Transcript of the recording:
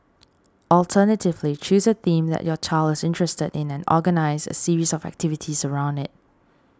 alternatively choose a theme that your child is interested in and organise a series of activities around it